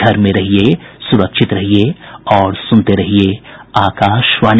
घर में रहिये सुरक्षित रहिये और सुनते रहिये आकाशवाणी